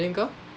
then kau